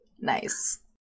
nice